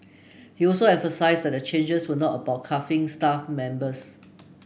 he also emphasised that the changes were not about staff members